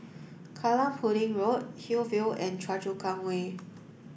Kallang Pudding Road Hillview and Choa Chu Kang Way